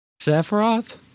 Sephiroth